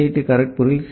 D Kharagpur C